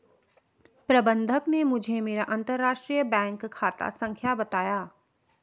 प्रबन्धक ने मुझें मेरा अंतरराष्ट्रीय बैंक खाता संख्या बताया